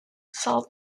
salt